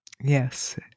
Yes